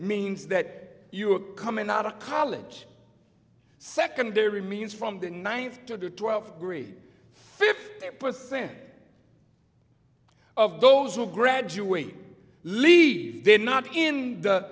means that you are coming out of college secondary means from the ninth to the twelfth grade fifty percent of those who graduate leave they're not in the